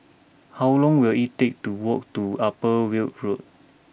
how long will it take to walk to Upper Weld Road